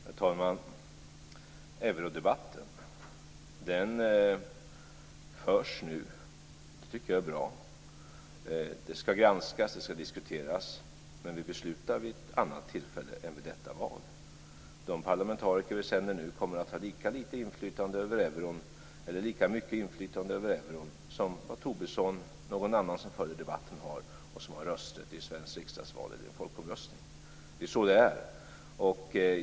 Herr talman! Eurodebatten förs nu. Det tycker jag är bra. Det skall granskas. Det skall diskuteras. Men vi beslutar vid ett annat tillfälle än detta val. De parlamentariker vi sänder nu kommer att ha lika lite eller lika mycket inflytande över euron som Tobisson eller någon annan som följer debatten och som har rösträtt i ett svenskt riksdagsval eller en folkomröstning. Det är så det är.